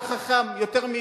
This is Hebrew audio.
לא, החוק חכם יותר מאתנו.